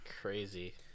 crazy